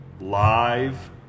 live